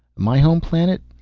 my home planet?